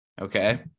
Okay